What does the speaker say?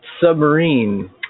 submarine